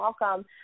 welcome